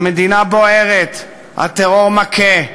המדינה בוערת, הטרור מכה,